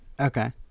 Okay